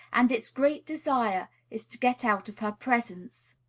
and its great desire is to get out of her presence.